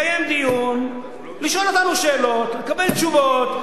לקיים דיון, לשאול אותנו שאלות, לקבל תשובות.